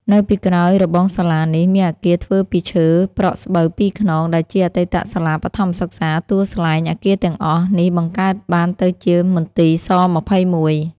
នៅពីក្រោយរបងសាលានេះ មានអគារធ្វើពីឈើប្រក់ស្បូវពីរខ្នង ដែលជា អតីតសាលាបឋមសិក្សាទួលស្លែង អគារទាំងអស់ នេះបង្កើតបានទៅជាមន្ទីរស-២១ ។